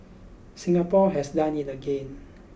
Singapore has done it again